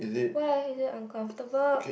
why is it uncomfortable